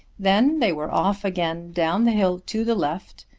then they were off again down the hill to the left,